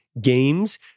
games